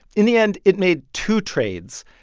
in the end, it made two trades.